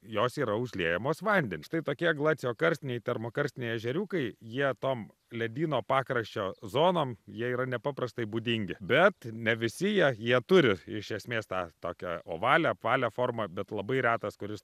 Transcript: jos yra užliejamos vandeniu štai tokie glaciokarstiniai termokarstiniai ežeriukai jie tom ledyno pakraščio zonom jie yra nepaprastai būdingi bet ne visi jie jie turi iš esmės tą tokią ovalią apvalią formą bet labai retas kuris